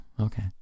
okay